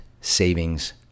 savings